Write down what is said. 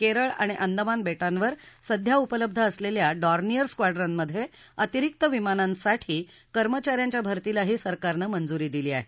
केरळ आणि अंदमान बेटांवर सध्या उपलब्ध असलेल्या डॉर्नियर स्क्वाडूनमध्ये अतिरीक्त विमानांसाठी कर्मचाऱ्यांच्या भरतीलाही सरकारनं मंजुरी दिली आहे